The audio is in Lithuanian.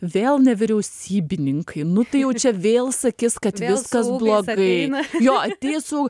vėl nevyriausybininkai nu tai jau čia vėl sakys kad viskas blogai jo ateis jau